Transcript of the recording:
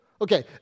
Okay